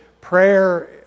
prayer